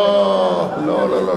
אתם לא המלצתם עליה.